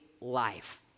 life